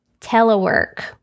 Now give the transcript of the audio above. telework